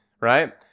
right